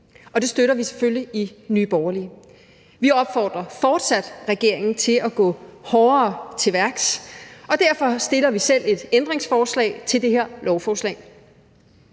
det støtter vi selvfølgelig i Nye Borgerlige. Vi opfordrer fortsat regeringen til at gå hårdere til værks, og derfor stiller vi selv et ændringsforslag til det her lovforslag.